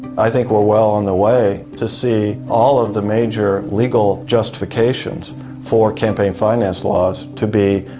i think we're well on the way to see all of the major legal justifications for campaign finance laws to be